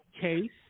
case